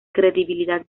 credibilidad